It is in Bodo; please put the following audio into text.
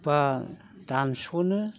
बा दानस'नो